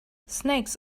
snakes